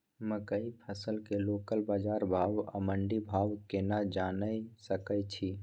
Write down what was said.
मकई फसल के लोकल बाजार भाव आ मंडी भाव केना जानय सकै छी?